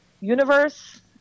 universe